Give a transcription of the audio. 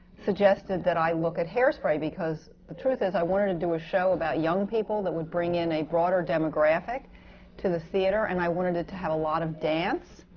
suggested that i look at hairspray. because the truth is, i wanted to do a show about young people that would bring in a broader demographic to the theatre and i wanted it to have a lot of dance,